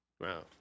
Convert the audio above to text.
Wow